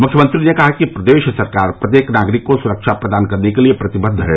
मुख्यमंत्री ने कहा कि प्रदेश सरकार प्रत्येक नागरिक को सुरक्षा प्रदान करने के लिए प्रतिबद्व है